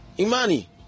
Imani